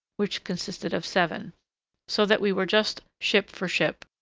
which consisted of seven so that we were just ship for ship.